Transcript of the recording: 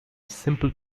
simple